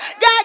God